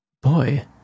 boy